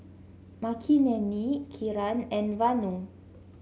Makineni Kiran and Vanu